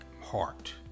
heart